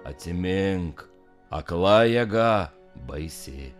atsimink akla jėga baisi